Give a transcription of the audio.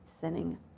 sinning